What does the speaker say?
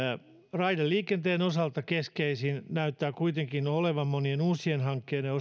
raideliikenteen osalta keskeisin näyttää kuitenkin olevan monien uusien hankkeiden